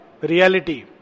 Reality